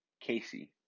Casey